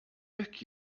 book